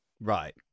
Right